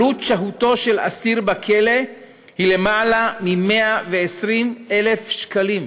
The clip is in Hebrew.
עלות שהותו של אסיר בכלא היא למעלה מ-120,000 שקלים,